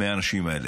האנשים האלה.